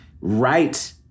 right